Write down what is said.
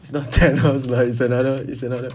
it's not thanos ah is another is another